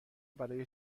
برای